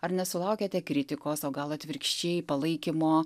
ar nesulaukiate kritikos o gal atvirkščiai palaikymo